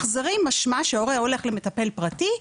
החזרים משמע שהורה הולך למטפל פרטי,